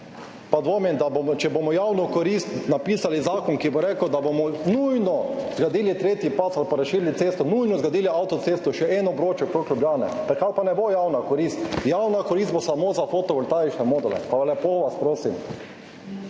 pa dvomim, da bomo, če bomo v javno korist napisali zakon, ki bo rekel, da bomo nujno zgradili tretji pas ali pa razširili cesto, nujno zgradili avtocesto, še en obroč okrog Ljubljane, takrat pa ne bo javna korist. Javna korist bo samo za fotovoltaične module. Pa lepo vas prosim.